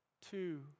two